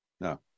No